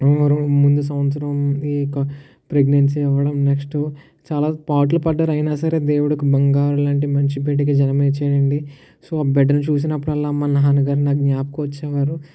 ముందు సంవత్సరం ఈ యొక్క ప్రెగ్నెన్సీ అవ్వడం నెక్స్టు చాలా పాట్లు పడ్డారు అయిన సరే దేవుడుఒక బంగారం లాంటి మనిషి బిడ్డకి జన్మను ఇచ్చాడు అండి సో ఆ బిడ్డని చూసినప్పుడల్లా మా నాన్నగారు నాకు జ్ఞాపకం వచ్చేవారు